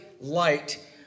light